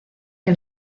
que